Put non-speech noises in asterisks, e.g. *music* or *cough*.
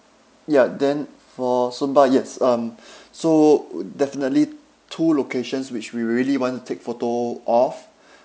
ya then for sumba yes um so definitely two locations which we really want to take photo of *breath*